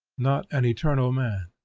not an eternal man.